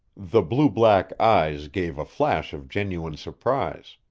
the blue-black eyes gave a flash of genuine surprise.